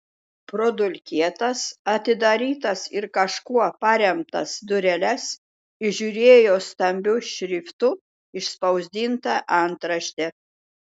pro dulkėtas atidarytas ir kažkuo paremtas dureles įžiūrėjo stambiu šriftu išspausdintą antraštę